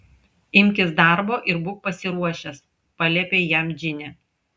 imkis darbo ir būk pasiruošęs paliepė jam džinė